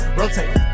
rotate